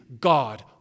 God